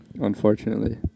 unfortunately